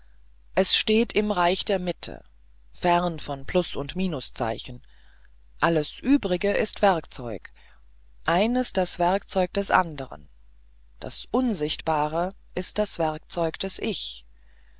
es steht im reich der mitte fern von plus und minuszeichen alles übrige ist werkzeug eines das werkzeug des andern das unsichtbare ist das werkzeug des ich